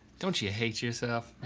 don't you hate yourself?